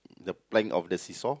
the plank of the see-saw